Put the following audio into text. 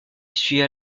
essuya